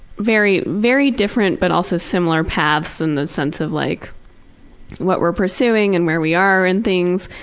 very very different but also similar paths in the sense of like what we're pursuing and where we are in things,